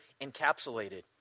encapsulated